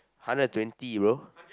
hundred twenty bro